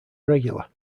regular